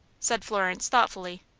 said florence, thoughtfully.